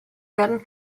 werden